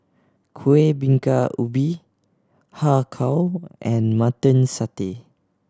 Kuih Bingka Ubi Har Kow and Mutton Satay